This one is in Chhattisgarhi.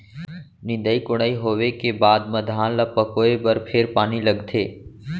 निंदई कोड़ई होवे के बाद म धान ल पकोए बर फेर पानी लगथे